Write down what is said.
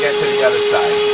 to the other side.